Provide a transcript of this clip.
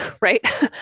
right